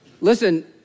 Listen